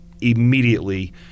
immediately